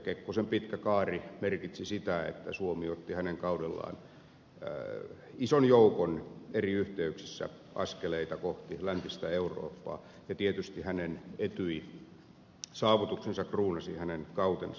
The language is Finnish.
kekkosen pitkä kaari merkitsi sitä että suomi otti hänen kaudellaan eri yhteyksissä ison joukon askeleita kohti läntistä eurooppaa ja tietysti hänen etyj saavutuksensa kruunasi hänen kautensa